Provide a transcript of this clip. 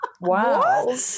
Wow